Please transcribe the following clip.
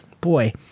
boy